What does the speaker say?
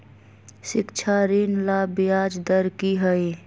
शिक्षा ऋण ला ब्याज दर कि हई?